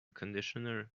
conditioner